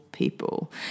People